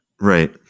Right